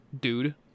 dude